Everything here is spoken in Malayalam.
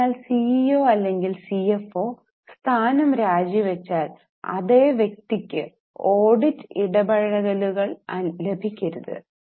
അതിനാൽ സിഇഒ അല്ലെങ്കിൽ സിഎഫ്ഒ സ്ഥാനം രാജി വച്ചാൽ അതേ വ്യക്തിക്ക് ഓഡിറ്റ് ഇടപഴകലുകൾ ലഭിക്കരുത്